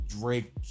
Drake